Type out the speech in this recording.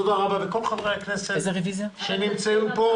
תודה רבה לכל חברי הכנסת שנמצאים פה.